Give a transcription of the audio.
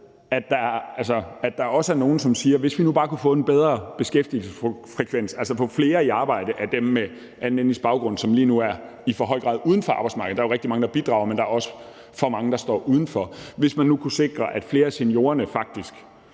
at der også er nogle, som siger, at hvis vi nu bare kunne få en bedre beskæftigelsesfrekvens, hvis vi nu kunne få flere af dem med anden etnisk baggrund, som lige nu i for høj grad er uden for arbejdsmarkedet, i arbejde – der er rigtig mange, der bidrager, men der er også for mange, der står uden for – og hvis vi nu kunne sikre, at flere af seniorerne, det